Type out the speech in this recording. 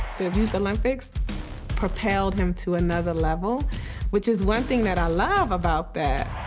youth olympics propelled him to another level which is one thing that i love about that.